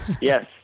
yes